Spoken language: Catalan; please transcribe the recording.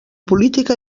política